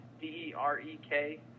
D-E-R-E-K